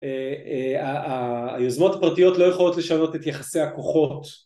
‫היוזמות הפרטיות לא יכולות ‫לשנות את יחסי הכוחות.